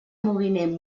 moviment